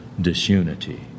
disunity